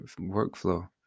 workflow